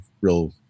real